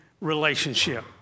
relationship